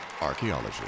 Archaeology